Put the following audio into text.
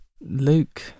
Luke